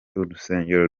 urusengero